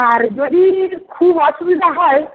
আর যদি খুব অসুবিধা হয়